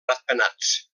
ratpenats